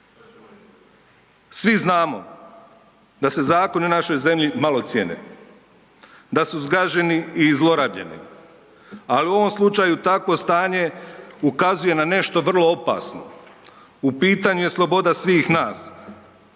Svi znamo da se zakoni u našoj zemlji malo cijene, da su zgaženi i zlorabljeni, ali u ovom slučaju takvo stanje ukazuje na nešto vrlo opasno, u pitanju je sloboda svih nas.